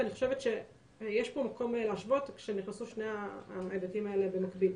יש פה מקום להשוות כשנכנסו שני ההיבטים האלה במקביל.